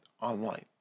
online